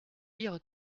lire